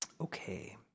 Okay